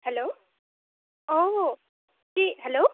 hello অঁ কি hello